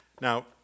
Now